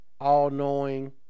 all-knowing